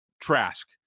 Trask